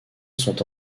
sont